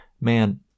man